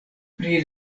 pri